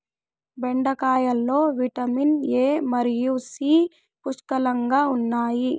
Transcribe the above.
బెండకాయలో vitamin A మరియు C పుష్కలంగా ఉన్నాయి